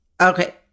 Okay